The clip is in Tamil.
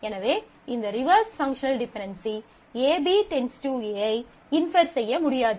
எனவே இந்த reverse functional dependency AB → A - யை இன்ஃபர் செய்ய முடியாது